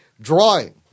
drawing